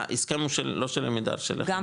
אה, ההסכם הוא לא של עמידר, אלא שלכם.